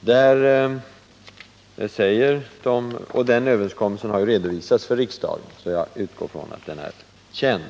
Den överenskommelsen har redovisats för riksdagen, varför jag kan utgå från att den är känd.